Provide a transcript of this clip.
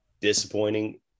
disappointing